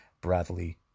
Bradley